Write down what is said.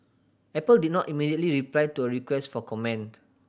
apple did not immediately reply to a request for comment